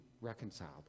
reconciled